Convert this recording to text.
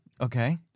Okay